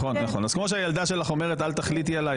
כמו שהילדה שלך אומרת שלא תחליטי עליה,